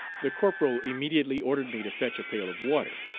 the corporal immediately ordered me to fetch a pail of water.